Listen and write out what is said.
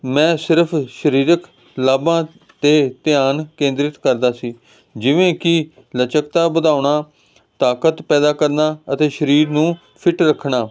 ਮੈਂ ਸਿਰਫ ਸਰੀਰਕ ਲਾਭਾਂ 'ਤੇ ਧਿਆਨ ਕੇਂਦਰਿਤ ਕਰਦਾ ਸੀ ਜਿਵੇਂ ਕਿ ਲਚਕਤਾ ਵਧਾਉਣਾ ਤਾਕਤ ਪੈਦਾ ਕਰਨਾ ਅਤੇ ਸਰੀਰ ਨੂੰ ਫਿਟ ਰੱਖਣਾ